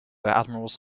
admirals